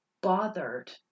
bothered